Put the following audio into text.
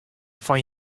fan